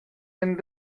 and